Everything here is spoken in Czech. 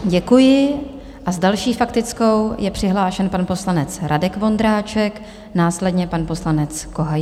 Děkuji a s další faktickou je přihlášen pan poslanec Radek Vondráček, následně pan poslanec Kohajda.